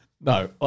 No